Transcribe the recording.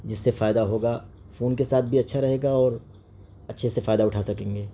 جس سے فائدہ ہوگا فون کے ساتھ بھی اچّھا رہے گا اور اچّھے سے فائدہ اٹھا سکیں گے